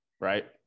Right